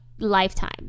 Lifetime